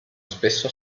spesso